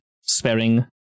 sparing